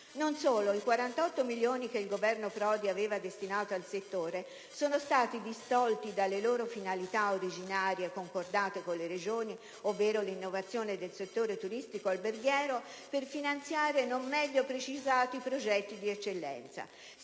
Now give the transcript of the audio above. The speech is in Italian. Non solo, i 48 milioni che il Governo Prodi aveva destinato al settore sono stati distolti dalle loro finalità originarie concordate con le Regioni, ovvero l'innovazione del settore turistico-alberghiero, per finanziare non meglio precisati progetti di eccellenza.